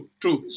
true